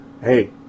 hey